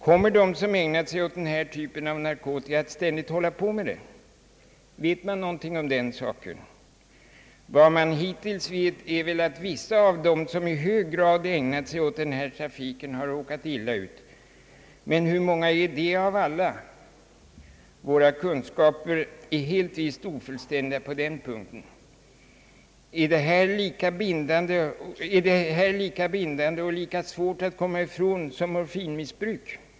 Kommer de som har ägnat sig åt denna typ av narkotika att ständigt hålla på med det? Vet man någonting om den saken? Vad man hittills vet är väl att vissa av de personer som i hög grad har ägnat sig åt narkotikatrafiken har råkat illa ut, men hur många utgör de av alla? Våra kunskaper på denna punkt är helt visst ofullständiga. Är detta missbruk lika bindande och lika svårt att komma ifrån som morfinmissbruket?